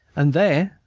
and there,